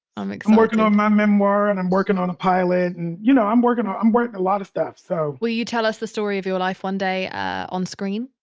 i'm i'm working on my memoir and i'm working on a pilot. and you know, i'm working hard, i'm working a lot of stuff so will you tell us the story of your life one day ah on screen?